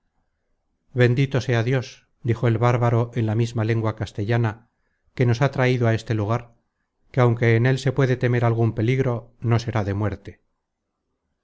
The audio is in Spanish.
bendito sea dios dijo el bárbaro en la misma lengua castellana que nos ha traido á este lugar que aunque en él se puede temer algun peligro no será de muerte